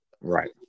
right